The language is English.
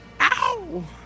Ow